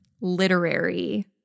literary